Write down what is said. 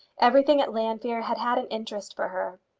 everything at llanfeare had had an interest for her.